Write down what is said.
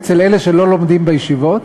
אצל אלה שלא לומדים בישיבות?